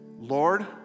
Lord